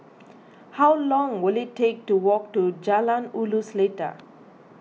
how long will it take to walk to Jalan Ulu Seletar